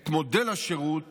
את מודל השירות